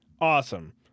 awesome